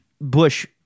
Bush